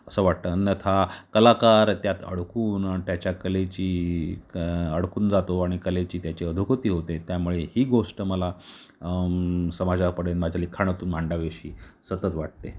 असं वाटतं अन्यथा कलाकार त्यात अडकून त्याच्या कलेची एक अडकून जातो आणि कलेची त्याची अधोगती होते त्यामुळे ही गोष्ट मला समाजापुढे माझ्या लिखाणातून मांडावीशी सतत वाटते